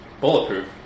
Bulletproof